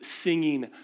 singing